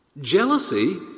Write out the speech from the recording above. Jealousy